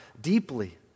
deeply